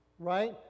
Right